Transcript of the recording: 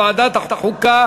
לדיון מוקדם בוועדת החוקה,